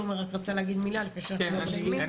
תומר רצה להגיד מילה לפני שאנחנו מסיימים.